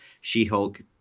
She-Hulk